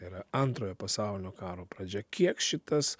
yra antrojo pasaulinio karo pradžia kiek šitas